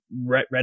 red